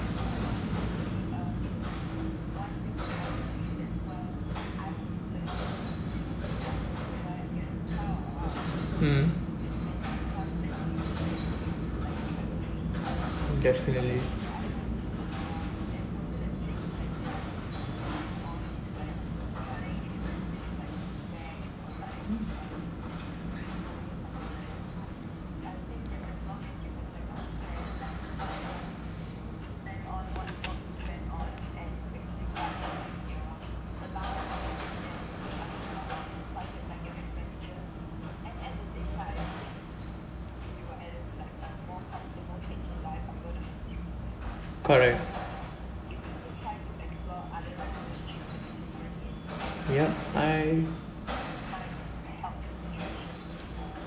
mm definitely correct yup I